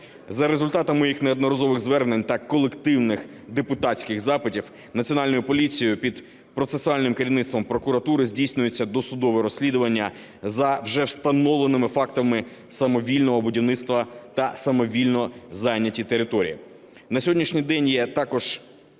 За результатами моїх неодноразових звернень та колективних депутатських запитів, Національною поліцією, під процесуальним керівництвом прокуратури, здійснюється досудове розслідування за вже встановленими фактами самовільного будівництва та самовільно зайняті території.